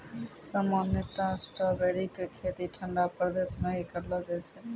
सामान्यतया स्ट्राबेरी के खेती ठंडा प्रदेश मॅ ही करलो जाय छै